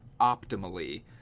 optimally